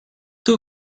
two